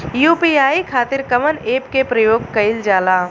UPI खातीर कवन ऐपके प्रयोग कइलजाला?